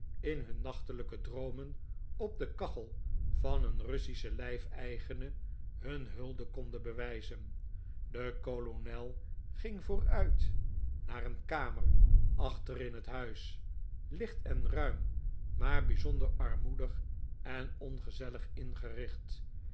in hun nachtelijke droomen op de kachel van een russischen lijfeigene hun hulde konden bewijzen de kolonel ging vooruit naar een kamer achter in het huis licht en ruim maar bijzonder armoedig en ongezellig ingericht